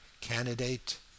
candidate